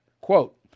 Quote